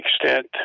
extent